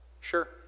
Sure